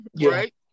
right